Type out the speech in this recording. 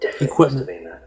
equipment